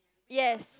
yes